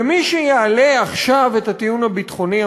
ומי שיעלה עכשיו את הטיעון הביטחוני,